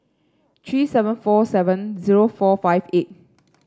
three seven four seven zero four five eight